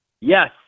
Yes